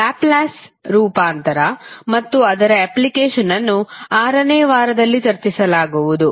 Laplace ರೂಪಾಂತರ ಮತ್ತು ಅದರ ಅಪ್ಲಿಕೇಶನ್ ಅನ್ನು 6 ನೇ ವಾರದಲ್ಲಿ ಚರ್ಚಿಸಲಾಗುವುದು